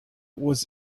was